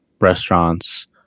restaurants